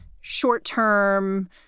short-term